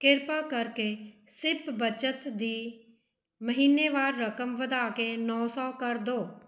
ਕਿਰਪਾ ਕਰਕੇ ਸਿਪ ਬੱਚਤ ਦੀ ਮਹੀਨੇਵਾਰ ਰਕਮ ਵਧਾ ਕੇ ਨੌ ਸੌ ਕਰ ਦਿਉ